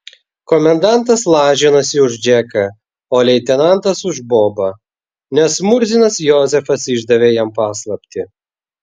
komendantas lažinosi už džeką o leitenantas už bobą nes murzinas jozefas išdavė jam paslaptį